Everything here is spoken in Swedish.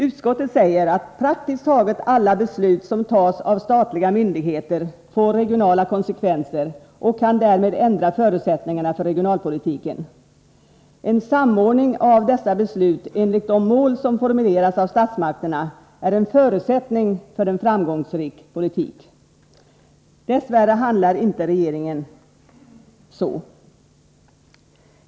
Utskottet säger: ”Praktiskt taget alla beslut som tas av t.ex. statliga myndigheter får regionala konsekvenser och kan därmed ändra förutsättningarna för regionalpolitiken. En samordning av dessa beslut enligt de mål som formuleras av statsmakterna är en förutsättning för en framgångsrik politik.” Dess värre handlar regeringen inte så.